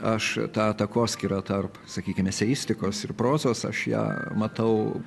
aš tą takoskyrą tarp sakykim eseistikos ir prozos aš ją matau